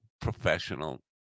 professional